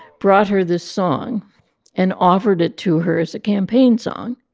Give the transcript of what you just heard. brought her this song and offered it to her as a campaign song.